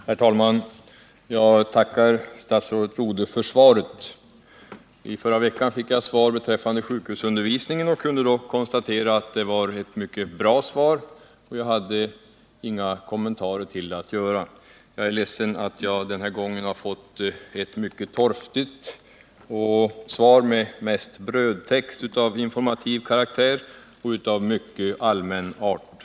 Herr talman! Jag tackar statsrådet Rodhe för svaret. I förra veckan fick jag svar beträffande sjukhusundervisningen och kunde då konstatera att det var ett mycket bra svar, och jag hade inga kommentarer att göra. Jag är ledsen över att behöva säga att jag denna gång har fått ett mycket torftigt svar — det är mest brödtext av informativ karaktär och av mycket allmän art.